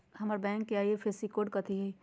हमर बैंक के IFSC code कथि हई?